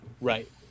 Right